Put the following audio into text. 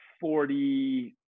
forty